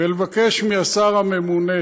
ולבקש מהשר הממונה